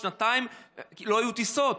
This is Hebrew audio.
ששנתיים לא היו טיסות,